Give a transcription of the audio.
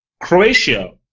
Croatia